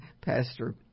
Pastor